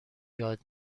یاد